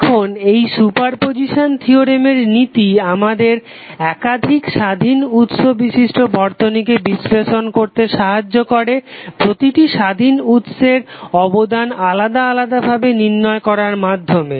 এখন এই সুপারপজিসান থিওরেমের নীতি আমাদের একাধিক স্বাধীন উৎস বিশিষ্ট বর্তনীকে বিশ্লেষণ করতে সাহায্য করে প্রতিটি স্বাধীন উৎসের অবদান আলাদা আলাদা ভাবে নির্ণয় করার মাধ্যমে